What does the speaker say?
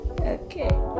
Okay